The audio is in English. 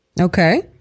okay